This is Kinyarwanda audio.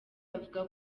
havuga